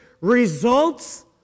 Results